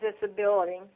disability